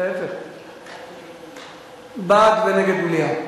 זה נגד מליאה.